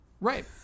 Right